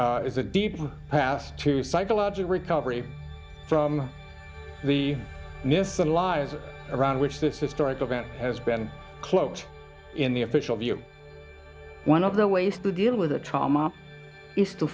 is a deep past to psychological recovery from the nissen lives around which this historic event has been cloaked in the official view one of the ways to deal with the trauma is to